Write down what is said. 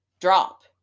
drop